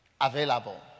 available